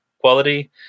quality